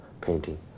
painting